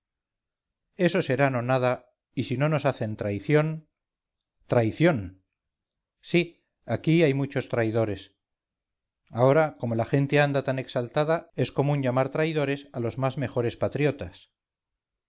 eso será nonada y si no nos hacen traición traición sí aquí hay muchos traidores ahora como la gente anda tan exaltada es común llamar traidores a los más mejores patriotas